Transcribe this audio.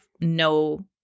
no